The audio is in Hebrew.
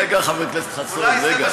רגע, חבר הכנסת חסון, רגע.